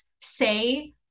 say